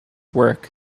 work